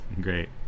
Great